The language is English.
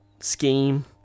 Scheme